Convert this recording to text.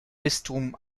bistum